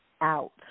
out